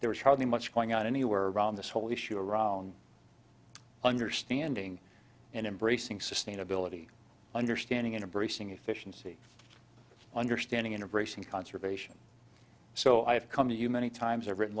there was hardly much going on anywhere around this whole issue around understanding and embracing sustainability understanding in a very sing efficiency understanding of race and conservation so i have come to you many times i've written